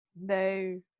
no